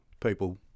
people